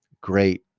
Great